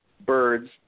birds –